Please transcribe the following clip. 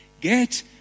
Get